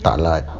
tak lah